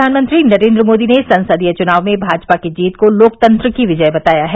प्रधानमंत्री नरेन्द्र मोदी ने संसदीय चुनाव में भाजपा की जीत को लोकतंत्र की विजय बताया है